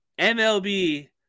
MLB